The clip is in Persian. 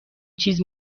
چیز